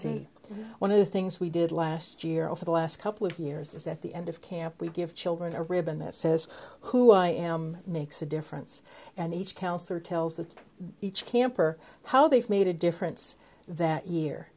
see one of the things we did last year over the last couple of years is at the end of camp we give children a ribbon that says who i am makes a difference and each counsellor tells the each camp or how they've made a difference that year